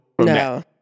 No